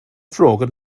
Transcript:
frågat